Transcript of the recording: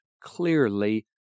clearly